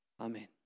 Amen